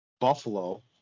Buffalo